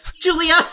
Julia